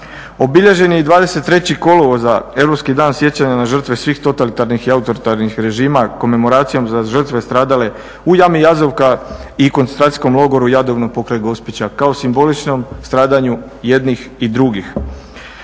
Obilježen je i 23. kolovoza europski dan sjećanja na žrtve svih totalitarnih i autoritarnih režima komemoracijom za žrtve stradale u jami Jazovka i koncentracijskom logoru Jadovno pokraj Gospića kao simboličnom stradanju jednih i drugih.